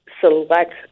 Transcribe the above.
select